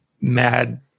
mad